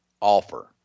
offer